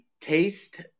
taste